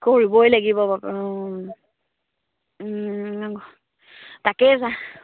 কৰিবই লাগিব তাকেই যা